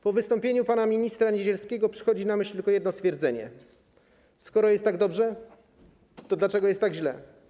Po wystąpieniu pana ministra Niedzielskiego przychodzi na myśl tylko jedno: Skoro jest tak dobrze, to dlaczego jest tak źle?